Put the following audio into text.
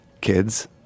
Kids